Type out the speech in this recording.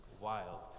wild